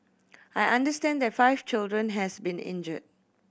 I understand that five children has been injured